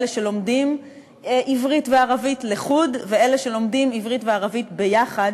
אלה שלומדים עברית וערבית לחוד ואלה שלומדים עברית וערבית ביחד,